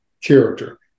character